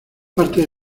parte